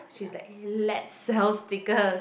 she's like l~ let's sell tickets